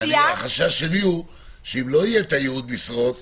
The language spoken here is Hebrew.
החשש שלי הוא שאם לא יהיו משרות ייעודיות,